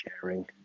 sharing